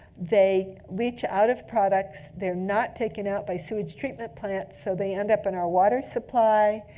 they reach out of products. they're not taken out by sewage treatment plants, so they end up in our water supply.